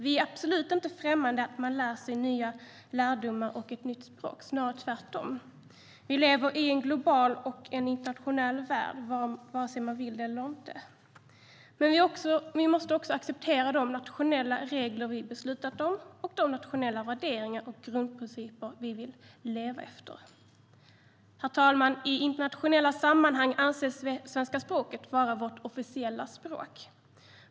Vi är absolut inte främmande för att man lär sig nya lärdomar och ett nytt språk - snarare tvärtom. Vi lever i en global och internationell värld, vare sig man vill det eller inte. Men vi måste också acceptera de nationella regler som vi har beslutat om och de nationella värderingar och grundprinciper som vi vill leva efter. I internationella sammanhang anses svenska språket vara vårt officiella språk.